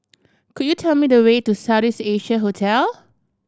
could you tell me the way to South East Asia Hotel